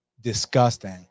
disgusting